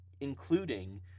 including